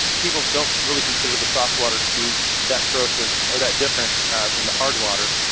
people don't really consider the soft water to be that corrosive or that different than the hard water,